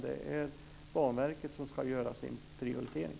Det är Banverket som ska göra sin prioritering.